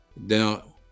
now